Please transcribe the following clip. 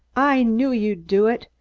i knew you'd do it.